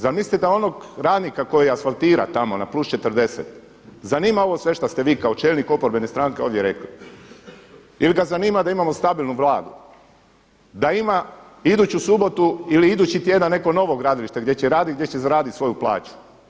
Zar mislite da onog radnika koji asfaltira tamo na +40 zanima ovo sve što ste vi kao čelnik oporbene stranke ovdje rekli ili ga zanima da imamo stabilnu Vladu, da ima iduću subotu ili idući tjedan neko novo gradilište gdje će raditi, gdje će zaraditi svoju plaću.